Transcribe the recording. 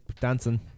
dancing